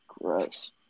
gross